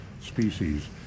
species